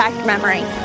memory